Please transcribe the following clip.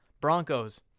Broncos